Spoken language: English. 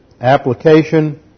application